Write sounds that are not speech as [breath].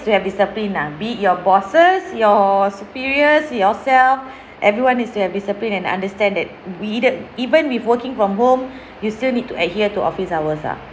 to have discipline nah be your bosses your superiors yourself [breath] everyone is to have discipline and understand that needed even with working from home [breath] you still need to adhere to office hours ah